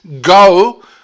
go